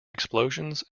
explosions